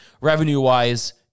revenue-wise